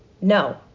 No